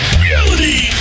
reality